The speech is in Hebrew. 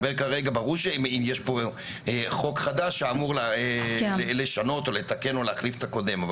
ברור שאם יש פה חוק חדש הוא אמור לשנות או לתקן או להחליף את הקודם.